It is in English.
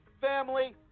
family